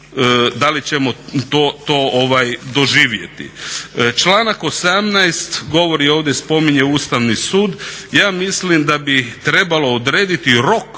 da li ćemo to doživjeti. Članak 18. govori ovdje, spominje Ustavni sud. Ja mislim da bi trebalo odrediti rok